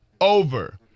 Over